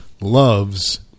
loves